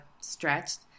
stretched